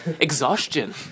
exhaustion